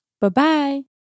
Bye-bye